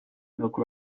smoke